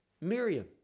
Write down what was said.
Miriam